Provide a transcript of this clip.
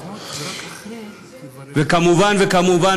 כמובן וכמובן,